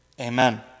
Amen